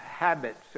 Habits